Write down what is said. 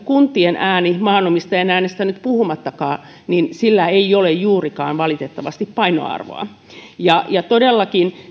kuntien äänellä maanomistajan äänestä nyt puhumattakaan ei ole valitettavasti juurikaan painoarvoa todellakin